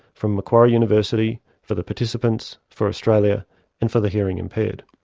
from macquarie university, for the participants, for australia and for the hearing impaired!